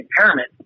impairment